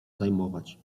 zajmować